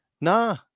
Nah